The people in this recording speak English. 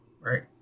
right